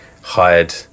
hired